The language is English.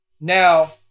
Now